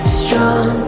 strong